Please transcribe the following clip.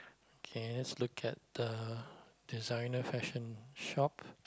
okay let's look at the designer fashion shop